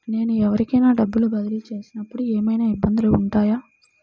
నేను ఎవరికైనా డబ్బులు బదిలీ చేస్తునపుడు ఏమయినా ఇబ్బందులు వుంటాయా?